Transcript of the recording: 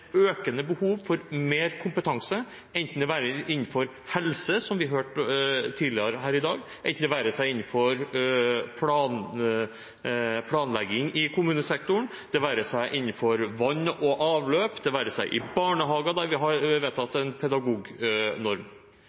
være seg innenfor helse, som vi hørte tidligere her i dag, det være seg innenfor planlegging i kommunesektoren, det være seg innenfor vann og avløp, eller det være seg i barnehager, der vi har vedtatt en pedagognorm.